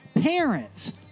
parents